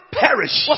perish